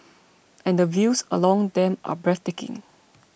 and the views along them are breathtaking